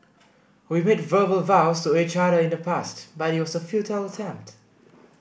we made verbal vows to each other in the past but it was a futile attempt